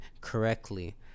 correctly